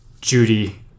Judy